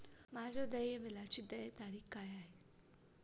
माझ्या देय बिलाची देय तारीख काय आहे?